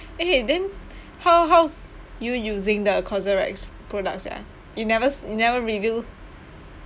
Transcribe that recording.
eh then how how's you using the cosrx products ah you never s~ you never review